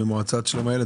מהמועצה לשלום הילד,